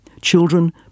children